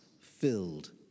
filled